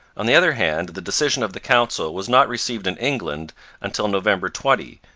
on the other hand, the decision of the council was not received in england until november twenty,